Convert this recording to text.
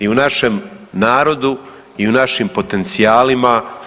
I u našem narodu i u našim potencijalima.